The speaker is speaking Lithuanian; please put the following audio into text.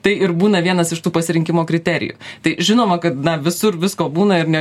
tai ir būna vienas iš tų pasirinkimo kriterijų tai žinoma kad na visur visko būna ir ne